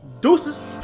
deuces